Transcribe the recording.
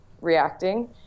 reacting